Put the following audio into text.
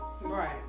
Right